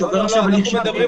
שעובר עכשיו הליך שיקום,